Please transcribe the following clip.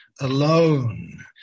alone